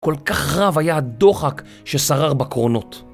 כל כך רב היה הדוחק ששרר בקרונות.